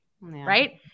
right